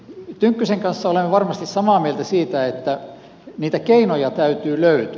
tynkkysen kanssa olemme varmasti samaa mieltä siitä että niitä keinoja täytyy löytyä